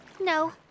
No